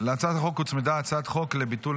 להצעה החוק הוצמדה הצעת חוק לביטול